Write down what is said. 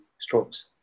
strokes